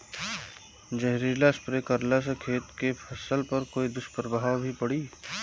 जहरीला स्प्रे करला से खेत के फसल पर कोई दुष्प्रभाव भी पड़ी?